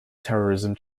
terrorism